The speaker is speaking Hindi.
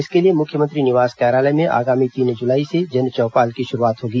इसके लिए मुख्यमंत्री निवास कार्यालय में आगामी तीन जुलाई से जन चौपाल की शुरूआत होगी